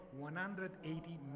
180